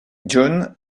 john